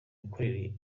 gukorera